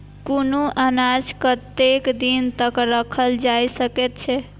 कुनू अनाज कतेक दिन तक रखल जाई सकऐत छै?